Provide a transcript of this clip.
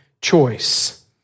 choice